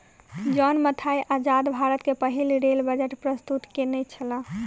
John Mathai आजाद भारत के पहिल रेल बजट प्रस्तुत केनई छला